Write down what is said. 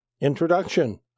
Introduction